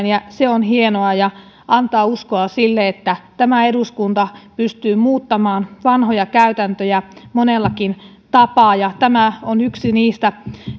ja se on hienoa ja antaa uskoa sille että tämä eduskunta pystyy muuttamaan vanhoja käytäntöjä monellakin tapaa tämä on yksi niistä ja